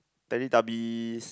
Teletubbies